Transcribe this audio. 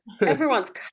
everyone's